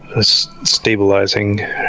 stabilizing